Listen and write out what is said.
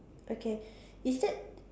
okay is that